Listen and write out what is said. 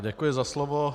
Děkuji za slovo.